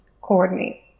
coordinate